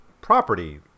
property